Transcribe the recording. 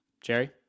Jerry